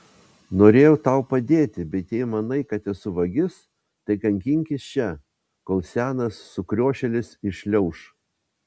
norėjau tau padėti bet jei manai kad esu vagis tai kankinkis čia kol senas sukriošėlis iššliauš